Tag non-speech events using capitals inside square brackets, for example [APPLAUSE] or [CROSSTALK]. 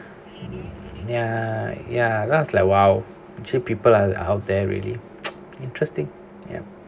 ya ya then I was like !wow! actually people are out there really [NOISE] interesting ya